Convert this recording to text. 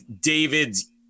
David's